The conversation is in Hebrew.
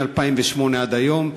מ-2008 עד היום,